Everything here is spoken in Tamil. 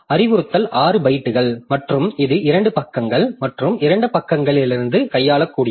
அறிவுறுத்தல் 6 பைட்டுகள் மற்றும் இது 2 பக்கங்கள் மற்றும் 2 பக்கங்களிலிருந்து கையாளக்கூடியது